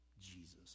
Jesus